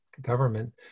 government